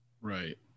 Right